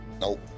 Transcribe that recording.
Nope